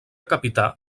capità